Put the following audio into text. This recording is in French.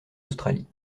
australie